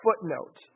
footnote